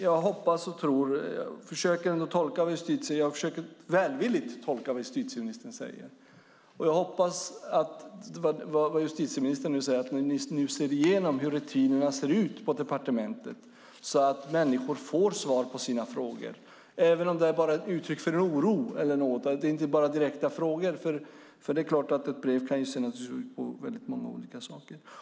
Jag försöker tolka justitieministern välvilligt och hoppas att det stämmer som hon nu säger, att ni nu ser igenom hur rutinerna ser ut på departementet så att människor får svar på sina brev även om de bara är uttryck för en oro och inte innehåller direkta frågor. Brev kan naturligtvis se ut på många olika sätt.